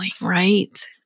right